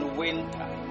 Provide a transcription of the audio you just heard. winter